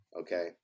okay